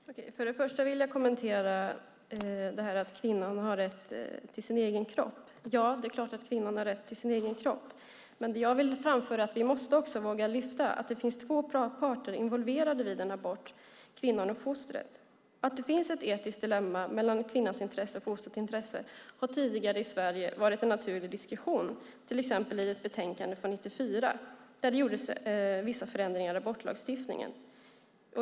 Fru talman! Först och främst vill jag kommentera att kvinnan har rätt till sin egen kropp. Ja, det är klart att kvinnan har rätt till sin egen kropp. Men jag vill framföra att vi också måste våga lyfta fram att det finns två parter involverade vid en abort - kvinnan och fostret. Tidigare i Sverige har det varit en naturlig diskussion att det finns ett etiskt dilemma mellan kvinnans intresse och fostrets intresse. Det ser man till exempel i ett betänkande från 1994, där det gjordes vissa förändringar av abortlagstiftningen.